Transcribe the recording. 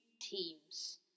teams